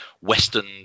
western